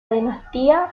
dinastía